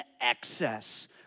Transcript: excess